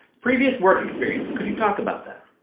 previous work experience. could you talk about that?